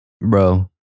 Bro